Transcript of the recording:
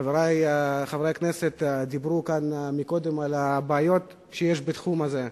חברי חברי הכנסת דיברו כאן קודם על הבעיות בתחום הזה.